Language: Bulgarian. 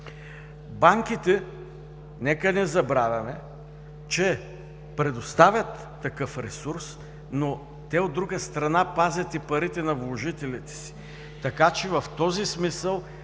Банките, нека не забравяме, предоставят такъв ресурс, но те, от друга страна, пазят и парите на вложителите си. Така че в този смисъл